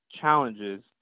challenges